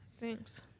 Thanks